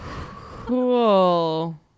Cool